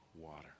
water